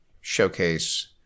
showcase